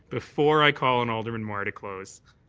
before i call on alderman mar to close.